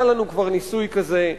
היה לנו כבר ניסוי כזה,